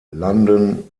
london